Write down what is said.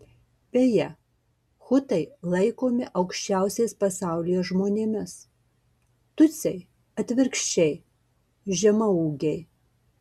beje hutai laikomi aukščiausiais pasaulyje žmonėmis tutsiai atvirkščiai žemaūgiai